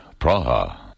Praha